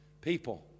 People